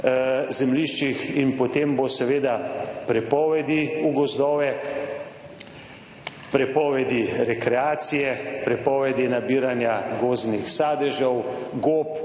zemljiščih in potem bo seveda prepovedi v gozdove, prepovedi rekreacije, prepovedi nabiranja gozdnih sadežev, gob,